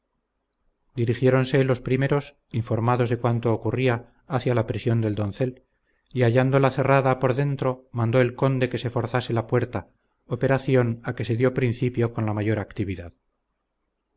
el puente dirigiéronse los primeros informados de cuanto ocurría hacia la prisión del doncel y hallándola cerrada por dentro mandó el conde que se forzase la puerta operación a que se dio principio con la mayor actividad